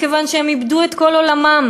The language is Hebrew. מכיוון שהם איבדו את כל עולמם.